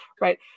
right